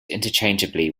interchangeably